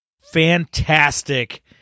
fantastic